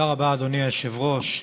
תודה רבה, אדוני היושב-ראש.